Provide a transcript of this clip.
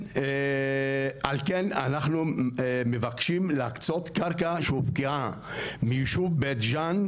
אנחנו מבקשים להקצות קרקע שהופקעה מהיישוב בית ג'ן,